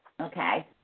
Okay